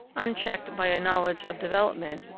unchecked by a knowledge of development,